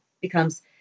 becomes